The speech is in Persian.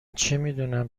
چمیدونم